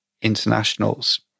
internationals